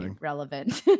relevant